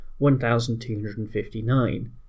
1259